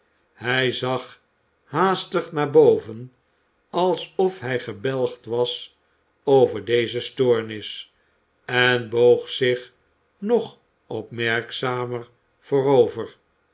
hij zag haastig naar boven alsof hij gebelgd was over deze stoornis en boog zich nog opmerkzamer voorover